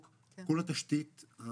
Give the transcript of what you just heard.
התשתית,